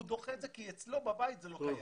הוא דוחה את זה כי אצלו בבית זה לא קיים.